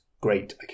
great